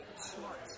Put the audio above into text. smart